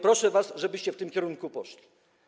Proszę was, żebyście w tym kierunku poszli.